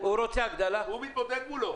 מצויה הקרקע החקלאית הנזכרת בתקנת משנה (ג)(2),